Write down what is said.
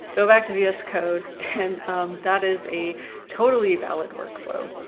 go back to vs code and that is a totally valid workflow.